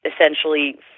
essentially